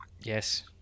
Yes